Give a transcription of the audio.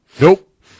Nope